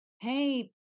hey